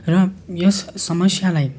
र यस समस्यालाई